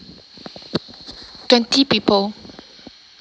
twenty people